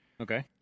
Okay